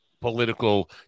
political